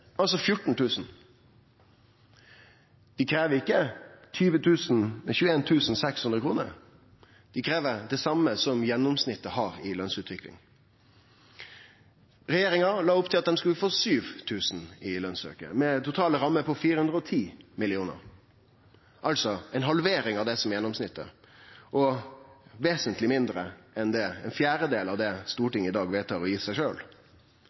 altså 14 000 kr. Dei krev ikkje 21 600 kr, dei krev det same som gjennomsnittet har i lønsutvikling. Regjeringa la opp til at dei skulle få 7 000 kr i lønsauke, med totale rammer på 410 mill. kr – altså ei halvering av gjennomsnittet og ein firedel av det Stortinget i dag vedtar å gi seg